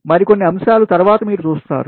మరికొన్ని అంశాలు తరువాత మీరు చూస్తారు